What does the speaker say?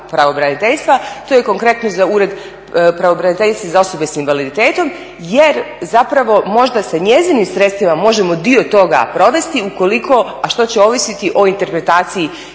pravobraniteljstva, to je konkretno za Ured pravobraniteljice za osobe sa invaliditetom jer zapravo možda sa njezinim sredstvima možemo dio toga provesti ukoliko, a što će ovisiti o interpretaciji